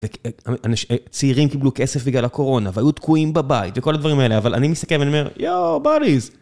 וצעירים קיבלו כסף בגלל הקורונה, והיו תקועים בבית וכל הדברים האלה, אבל אני מסכם, אני אומר, יואו, חברים.